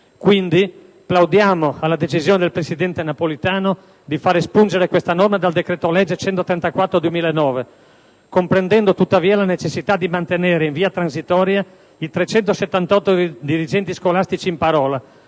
Quindi, plaudiamo alla decisione del presidente Napolitano di far espungere questa norma dal decreto-legge n. 134 del 2009, comprendendo tuttavia la necessità di mantenere, in via transitoria, i 378 dirigenti scolastici in parola,